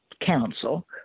council